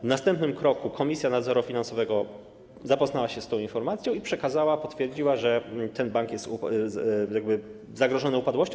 W następnym kroku Komisja Nadzoru Finansowego zapoznała się z tą informacją i przekazała, potwierdziła, że ten bank jest zagrożony upadłością.